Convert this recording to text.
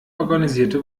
organisierte